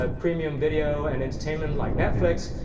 ah premium video and entertainment, like netflix,